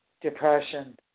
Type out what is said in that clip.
Depression